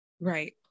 Right